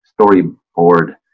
storyboard